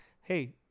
hey